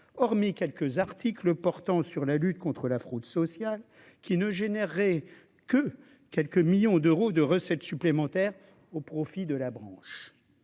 hormis quelques articles portant sur la lutte contre la fraude sociale qui ne générerait que quelques millions d'euros de recettes supplémentaires au profit de la branche,